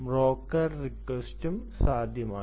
broker റിക്വസ്റ്റും സാധ്യമാണ്